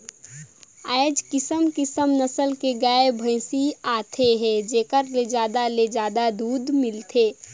आयज किसम किसम नसल के गाय, भइसी आत हे जेखर ले जादा ले जादा दूद मिलथे